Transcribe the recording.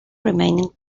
remaining